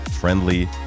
friendly